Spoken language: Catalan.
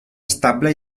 estable